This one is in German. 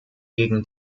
gegen